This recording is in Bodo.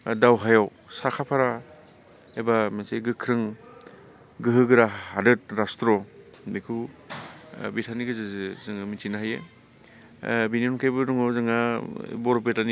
दावहायाव साखाफारा एबा मोनसे गोख्रों गोहोगोरा हादोर राष्ट्र बेखौ बिथांनि गेजेरजों जोङो मिथिनो हायो बे